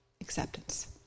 acceptance